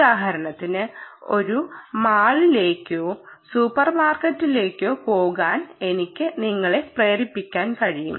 ഉദാഹരണത്തിന് ഒരു മാളിലേക്കോ സൂപ്പർമാർക്കറ്റിലേക്കോ പോകാൻ എനിക്ക് നിങ്ങളെ പ്രേരിപ്പിക്കാൻ കഴിയും